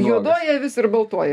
juodoji avis ir baltoji